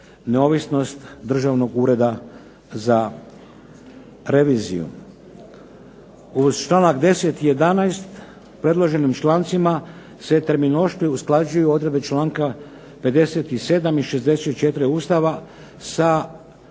neovisnost Državnog ureda za reviziju. Uz članak 10. i 11. predloženim člancima se terminološki usklađuju odredbe članka 57. i 64. Ustava sa